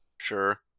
Sure